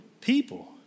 people